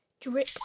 drip